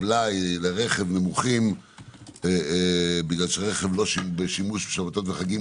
הבלאי לרכב נמוכים כי רכב לא בשימוש שבתות וחגים,